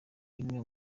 bimwe